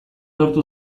lortu